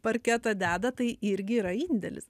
parketą deda tai irgi yra indėlis